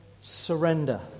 surrender